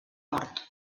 mort